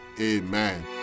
Amen